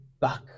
back